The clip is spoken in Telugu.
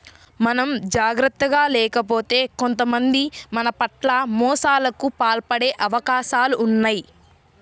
మనం జాగర్తగా లేకపోతే కొంతమంది మన పట్ల మోసాలకు పాల్పడే అవకాశాలు ఉన్నయ్